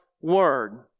word